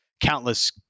countless